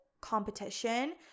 competition